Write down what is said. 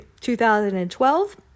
2012